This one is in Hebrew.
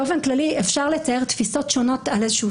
באופן כללי אפשר לתאר תפיסות שונות על איזשהו